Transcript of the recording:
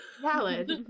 Valid